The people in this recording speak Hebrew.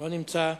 לא נמצא.